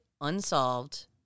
Unsolved